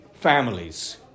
families